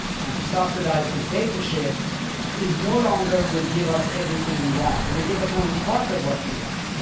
and to subsidize dictatorships is no longer will give us everything we want. it will give us only part of what we want